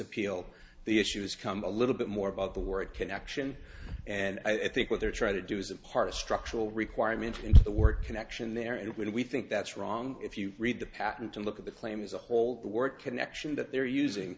appeal the issues come a little bit more about the word connection and i think what they're trying to do is a part of structural requirements of the work connection there and we think that's wrong if you read the patent to look at the claim as a whole the word connection that they're using